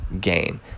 gain